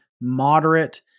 moderate